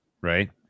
right